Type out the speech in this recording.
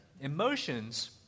Emotions